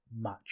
match